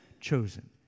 chosen